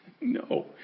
No